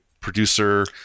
producer